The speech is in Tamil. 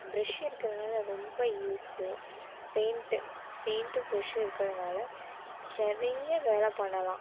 பிரெஷ்ஷு இருக்கறனால ரொம்ப யூஸு பெயிண்ட்டு பெயிண்ட்டும் பிரெஷ்ஷும் இருக்கறதினால நிறைய வேலை பண்ணலாம்